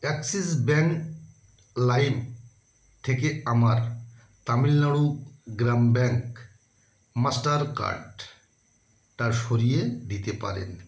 Axis Bank লাইম থেকে আমার তামিলনাড়ু গ্রাম ব্যাঙ্ক মাস্টার কার্ডটা সরিয়ে দিতে পারেন